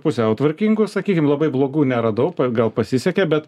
pusiau tvarkingų sakykim labai blogų neradau gal pasisekė bet